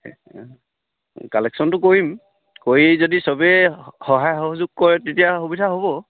কালেক্যনটো কৰিম কৰি যদি সবেই সহায় সহযোগ কৰে তেতিয়া সুবিধা হ'ব